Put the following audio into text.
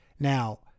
Now